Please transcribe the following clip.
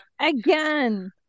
again